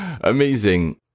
amazing